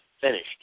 finished